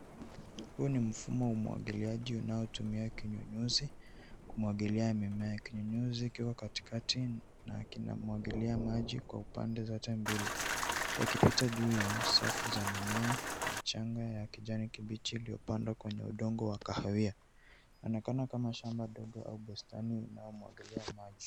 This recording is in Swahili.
Huu ni mfumo wa umwagiliaji unaotumia kinyunyuzi kumwagilia mimea, kinyunyuzi kiko katikati na kina mwagilia maji kwa upande zote mbili yakipita juu ya safu za mimea michanga ya kijani kibichi iliyopandwa kwenye udongo wa kahawia, inaonekana kama shamba dogo au bustani inayomwagiliwa maji.